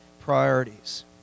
priorities